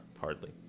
Hardly